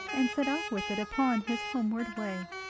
and set off with it upon his homeward way.